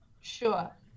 Sure